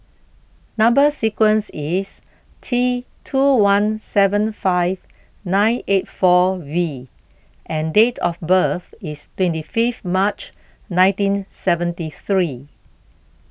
Number Sequence is T two one seven five nine eight four V and date of birth is twenty fifth March nineteen seventy three